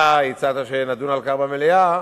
אתה הצעת שנדון על כך במליאה,